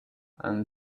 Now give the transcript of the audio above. and